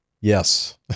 Yes